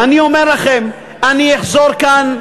ואני אומר לכם, אני אחזור כאן,